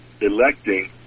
electing